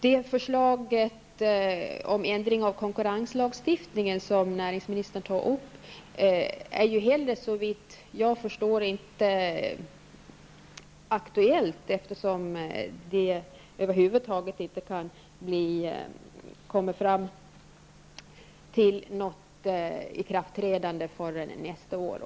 Det förslag om ändring av konkurrenslagstiftningen som näringsministern tog upp är såvitt jag förstår inte heller aktuellt, eftersom det över huvud taget inte kommer att träda i kraft förrän nästa år.